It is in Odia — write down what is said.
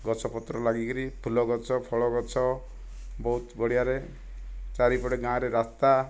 ଗଛପତ୍ର ଲାଗିକରି ଫୁଲ ଗଛ ଫଳ ଗଛ ବହୁତ ବଢ଼ିଆରେ ଚାରିପଟେ ଗାଁରେ ରାସ୍ତା